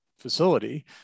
facility